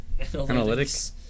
analytics